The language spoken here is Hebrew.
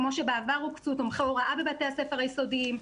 כמו שבעבר הוקצו תומכי הוראה בבתי ספר היסודיים,